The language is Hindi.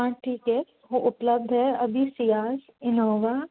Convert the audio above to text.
हाँ ठीक है वह उपलब्ध है अभी सियाज़ ईनोवा